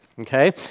okay